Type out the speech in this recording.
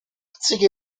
anziché